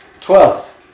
Twelve